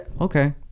okay